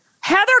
Heather